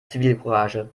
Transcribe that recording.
zivilcourage